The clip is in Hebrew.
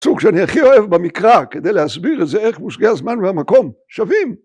סוג שאני הכי אוהב במקרא כדי להסביר את זה איך מושגי הזמן והמקום שווים